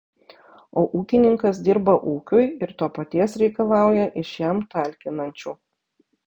o ūkininkas dirba ūkiui ir to paties reikalauja iš jam talkinančių